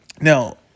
Now